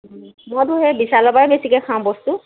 মইতো সেই বিশালৰপৰাই বেছিকৈ খাওঁ বস্তু